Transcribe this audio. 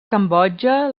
cambodja